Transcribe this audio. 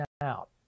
out